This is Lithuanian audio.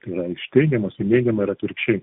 tai yra iš teigiamos į neigiamą ir atvirkščiai